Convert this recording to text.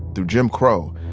through jim crow,